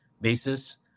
basis